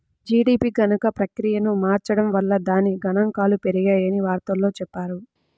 GDP గణన ప్రక్రియను మార్చడం వల్ల దాని గణాంకాలు పెరిగాయని వార్తల్లో చెప్పారు